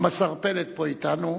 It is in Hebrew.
גם השר פלד פה אתנו.